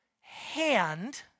hand